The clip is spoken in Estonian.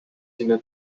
sinna